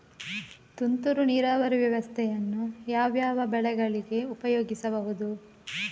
ತುಂತುರು ನೀರಾವರಿ ವ್ಯವಸ್ಥೆಯನ್ನು ಯಾವ್ಯಾವ ಬೆಳೆಗಳಿಗೆ ಉಪಯೋಗಿಸಬಹುದು?